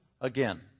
again